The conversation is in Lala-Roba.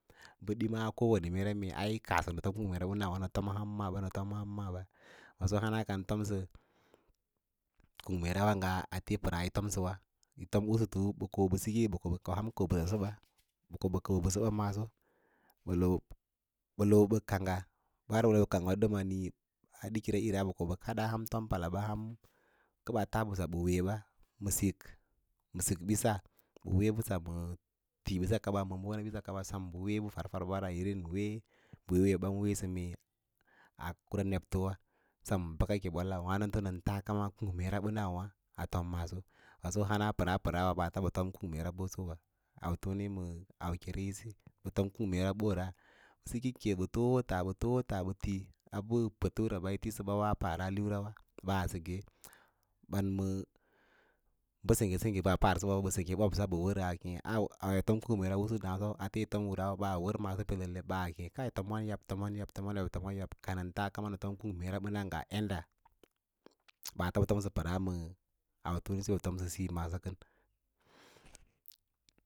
Bə ɗimas kowane meera ma kung meeranawâ nə fomaa ham maa ba nə fomaa ham maa ba waso kan tom sə kung meerawa nga ate pəraa yifomsəwa yi fom usutu ɓə ko ɓə siki kə ko ham sək mbəsa sə ɓa ɓə ko ɓə kəu mbəsə ɓa maaso ɓə loo ɓə kangga ɓə baarəsə ɓə kungga a ɗīkira ira bə ko ɓə kad ahan fom pala a hankə ɓaa taa mbəsa ɓə weeba ma sik biss bə wee mbəss məə tiibiss kaba ma ɓonaɓiss kaba ɓə wee ufarfarwa ɓoso ɓən bə ən weesə mee a kura nebtowa sem bəka ke ɓolla wǎnəfonən tas kaura kuungmeera ɓənawa a fom maaso hana pəraa pəraa wa ɓaats bə tomo kung mee ra ɓosowa qufowen bə níí məə alkene ꞌisi bə fom kun meera ɓosa, bə siki ke ɓə foo ǔwǎ ta ɓə tí ɓə foo ūwá ta bə ti a ɓə patura yín tiləɓa paraliura wa maə bə sengge sengge səba a para liura kənso boɓosa ale ɓə wərə fom kung mee usu naso ate yi fom usutu bas wəng maaso a ken aí fomon tomon yab tomou yab kan taa nə fom kung ɓəna ngaa yadda baafa tomsə pəraa ma putsai tomsə swee masa.